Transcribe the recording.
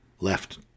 left